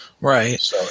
Right